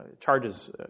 charges